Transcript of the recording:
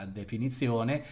definizione